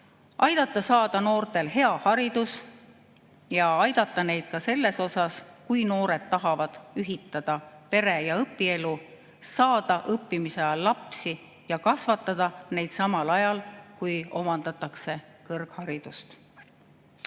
aidata saada noortel hea haridus ja aidata neid ka selles, kui noored tahavad ühitada pere- ja õpielu, saada õppimise ajal lapsi ja kasvatada neid samal ajal, kui omandatakse kõrgharidust.